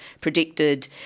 predicted